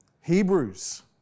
Hebrews